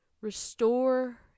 restore